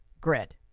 grid